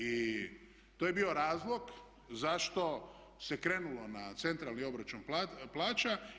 I to je bio razlog zašto se krenulo na centralni obračun plaća.